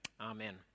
Amen